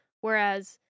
whereas